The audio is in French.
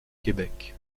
québec